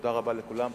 תודה רבה לכולם.